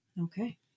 Okay